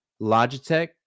Logitech